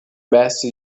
بحث